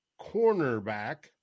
cornerback